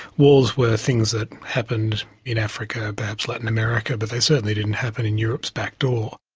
wars were things that happened in africa, perhaps latin america, but they certainly didn't happen in europe's back door.